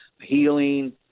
healing